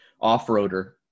off-roader